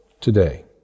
today